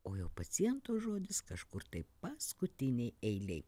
o jau paciento žodis kažkur tai paskutinėj eilėj